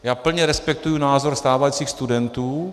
Já plně respektuji názor stávajících studentů.